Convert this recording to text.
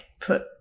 put